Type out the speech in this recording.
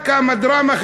יושבים ביחד, כמה דרמה.